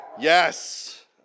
Yes